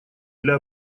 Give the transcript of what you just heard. для